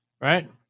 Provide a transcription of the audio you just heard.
right